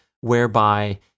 whereby